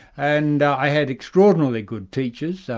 and i had extraordinarily good teachers,